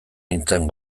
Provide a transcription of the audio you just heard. nintzen